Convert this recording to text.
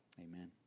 Amen